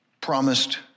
promised